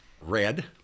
Red